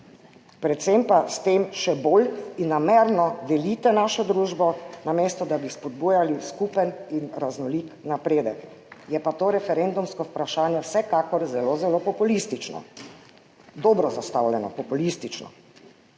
Predvsem pa s tem še bolj in namerno delite našo družbo, namesto da bi spodbujali skupen in raznolik napredek. Je pa to referendumsko vprašanje vsekakor zelo, zelo populistično, dobro populistično